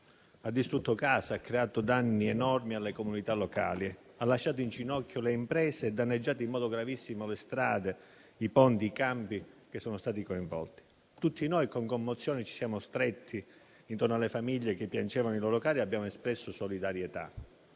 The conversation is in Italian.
ha distrutto case e creato danni enormi alle comunità locali. Ha lasciato in ginocchio le imprese e danneggiato in modo gravissimo le strade, i ponti e i campi che sono stati coinvolti. Tutti noi, con commozione, ci siamo stretti intorno alle famiglie che piangevano i loro cari e abbiamo espresso solidarietà.